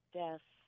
death